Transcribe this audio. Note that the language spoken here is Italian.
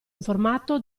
informato